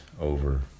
over